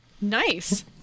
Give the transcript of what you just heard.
Nice